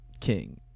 king